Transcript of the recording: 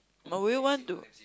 but will you want to